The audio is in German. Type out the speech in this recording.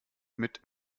mit